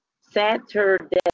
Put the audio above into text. Saturday